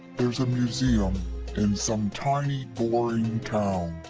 there's a museum in some tiny, boring town.